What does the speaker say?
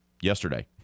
yesterday